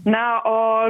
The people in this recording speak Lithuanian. na o